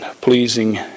pleasing